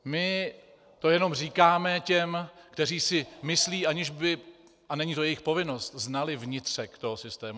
My to jenom říkáme těm, kteří si myslí, aniž by, a není to jejich povinnost, znali vnitřek toho systému.